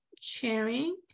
sharing